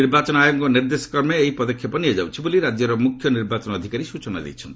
ନିର୍ବାଚନ ଆୟୋଗଙ୍କ ନିର୍ଦ୍ଦେଶ କ୍ରମେ ଏହି ପଦକ୍ଷେପ ନିଆଯାଉଛି ବୋଲି ରାଜ୍ୟ ମୁଖ୍ୟ ନିର୍ବାଚନ ଅଧିକାରୀ ସୂଚନା ଦେଇଛନ୍ତି